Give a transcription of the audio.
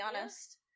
honest